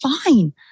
fine